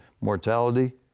mortality